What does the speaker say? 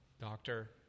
doctor